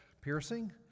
piercing